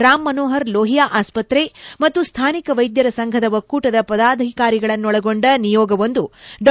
ರಾಮ್ ಮನೋಹರ್ ಲೋಹಿಯಾ ಆಸ್ಪತ್ರೆ ಮತ್ತು ಸ್ಲಾನಿಕ ವೈದ್ಯರ ಸಂಘದ ಒಕ್ಕೂಟದ ಪದಾಧಿಕಾರಿಗಳನೊಳಗೊಂಡ ನಿಯೋಗವೊಂದು ಡಾ